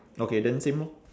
okay then same lor